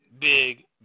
Big